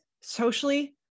socially